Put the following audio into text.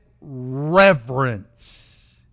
reverence